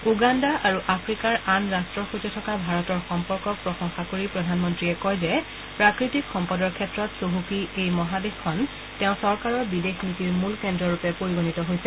Uganda আৰু আফ্ৰিকাৰ আন ৰাষ্টৰ সৈতে থকা ভাৰতৰ সম্পৰ্কক প্ৰশংসা কৰি প্ৰধানমন্ত্ৰীয়ে কয় যে প্ৰাকৃতিক সম্পদৰ ক্ষেত্ৰত চহকী এই মহাদেশখন তেওঁৰ চৰকাৰৰ বিদেশ নীতিৰ মূল কেন্দ্ৰৰূপে পৰিগণিত হৈছে